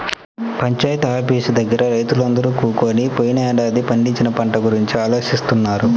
panchayat office దగ్గర రైతులందరూ కూకొని పోయినేడాది పండించిన పంట గురించి ఆలోచిత్తన్నారు